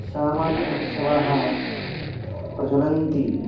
सामाजिक उत्सवाः प्रचलन्ति